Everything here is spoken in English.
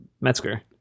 Metzger